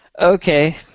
Okay